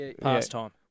pastime